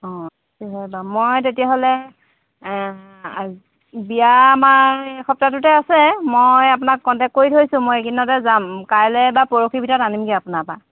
অঁ সেইটো হয় বাৰু মই তেতিয়াহ'লে আজ্ বিয়া আমাৰ এই সপ্তাহটোতে আছে মই আপোনাক কণ্টেক্ট কৰি থৈছোঁ মই এইকেইদিনতে যাম কাইলৈ বা পৰহি ভিতৰত আনিমগৈ আপোনাৰ পৰা